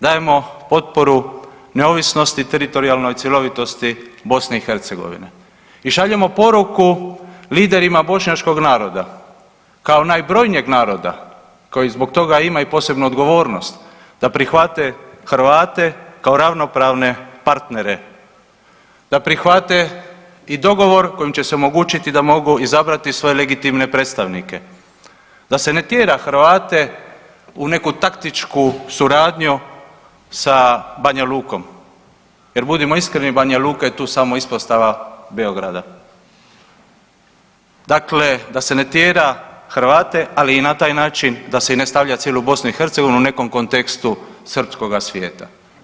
Dajemo potporu neovisnosti i teritorijalnoj cjelovitosti BiH i šaljemo poruku liderima bošnjačkog naroda kao najbrojnijeg naroda koji zbog toga ima i posebnu odgovornost da prihvate Hrvate kao ravnopravne partnere, da prihvate i dogovor kojim će se omogućiti da mogu izabrati svoje legitimne predstavnike, da se ne tjera Hrvate u neku taktičku suradnju sa Banja Lukom jer budimo iskreni Banja Luka je tu samo ispostava Beograda, dakle da se ne tjera Hrvate, ali i na taj način da se i ne stavlja cijelu BiH u nekom kontekstu srpskoga svijeta.